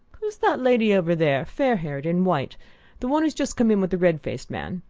who's the lady over there fair-haired, in white the one who's just come in with the red-faced man?